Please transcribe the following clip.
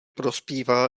prospívá